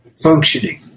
functioning